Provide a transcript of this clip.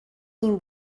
این